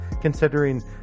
considering